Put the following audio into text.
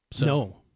No